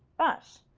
but,